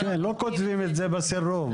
לא כותבים את זה בסירוב,